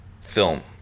film